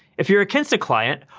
if you're a kinsta client,